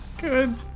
good